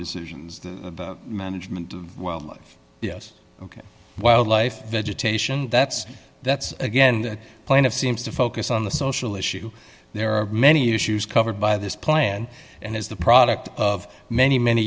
decisions the management of wildlife yes ok wildlife vegetation that's that's again that plan of seems to focus on the social issue there are many issues covered by this plan and is the product of many many